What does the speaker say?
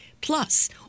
Plus